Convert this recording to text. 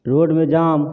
रोडमे जाम